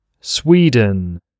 Sweden